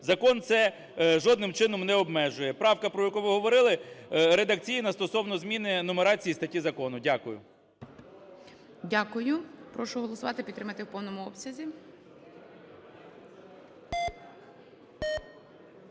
Закон це жодним чином не обмежує. Правка, про яку ви говорили, редакційна стосовно зміни нумерації статті закону. Дякую. ГОЛОВУЮЧИЙ. Дякую. Прошу голосувати – підтримати в повному обсязі.